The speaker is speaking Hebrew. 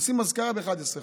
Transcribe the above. עושים אזכרה אחרי 11 חודשים.